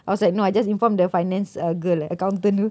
I was like no I just inform the finance uh girl accountant